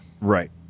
Right